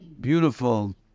beautiful